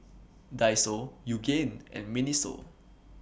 Daiso Yoogane and Miniso